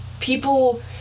people